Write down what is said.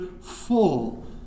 full